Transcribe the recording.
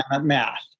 math